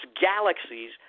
galaxies